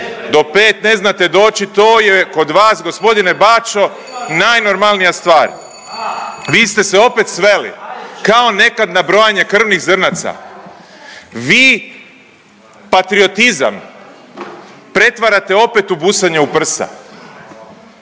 Do pet ne znate doći to je kod vas gospodine Baćo najnormalnija stvar. Vi ste se opet sveli kao nekad na brojanje krvnih zrnaca. Vi patriotizam pretvarate opet u busanje u prsa.